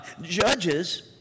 Judges